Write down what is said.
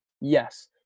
Yes